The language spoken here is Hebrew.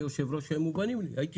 כיושב ראש הם היו מובנים לי והייתי